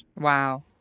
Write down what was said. Wow